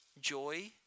joy